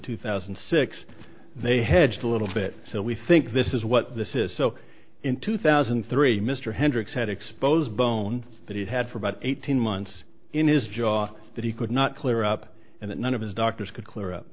two thousand and six they hedged a little bit so we think this is what this is so in two thousand and three mr hendricks had exposed bone that he had for about eighteen months in his jaw that he could not clear up and that none of his doctors could clear up